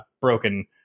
broken